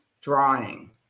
drawing